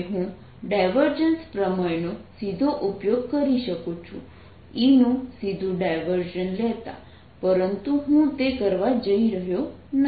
હવે હું ડાયવર્જન્સ પ્રમેય નો સીધો ઉપયોગ કરી શકું છું E નું સીધું ડાયવર્જન્સ લેતા પરંતુ હું તે કરવા જઈ રહ્યો નથી